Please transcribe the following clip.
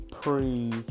praise